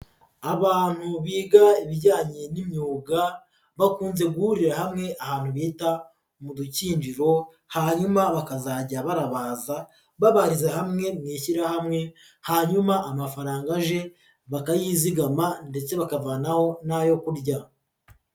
Abantu biga ibijyanye n'imyuga, bakunze guhurira hamwe ahantu bita mu dukinjizo, hanyuma bakazajya barabaza, babariza hamwe mu ishyirahamwe, hanyuma amafaranga aje, bakayizigama ndetse bakavanaho n'ayo kurya.